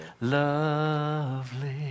lovely